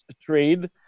trade